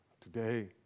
today